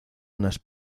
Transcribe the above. unas